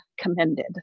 commended